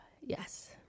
Yes